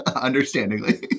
Understandingly